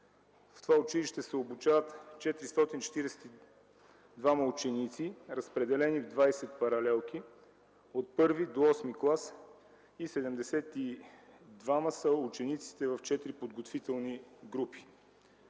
В това училище се обучават 442 ученици, разпределени в 20 паралелки от I до VIII клас и 72-ма са учениците в четири подготвителни групи.